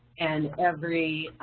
and every